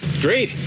Great